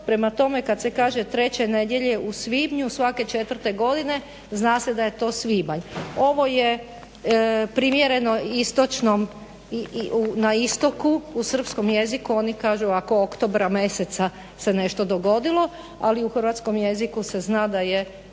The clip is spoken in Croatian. prema tome kad se kaže treće nedjelje u svibnju svake četvrte godine zna se da je to svibanj. Ovo je primjereno istočnom i na istoku, u srpskom jeziku oni kažu ovako oktobra mjeseca se nešto dogodilo, ali u hrvatskom jeziku se zna da je ime